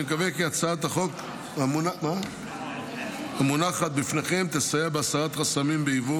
אני מקווה כי הצעת החוק המונחת בפניכם תסייע בהסרת חסמים ביבוא